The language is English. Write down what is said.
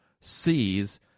sees